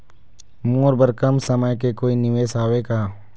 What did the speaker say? मोर बर कम समय के कोई निवेश हावे का?